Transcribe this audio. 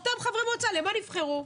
אותם חברי המועצה, למה הם נבחרו?